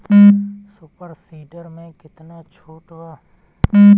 Super seeder मै कितना छुट बा?